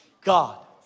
God